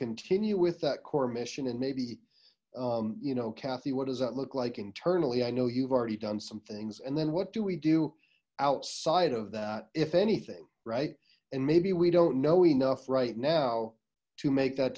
continue with that core mission and maybe you know kathy what does that look like internally i know you've already done some things and then what do we do outside of that if anything right and maybe we don't know enough right now to make that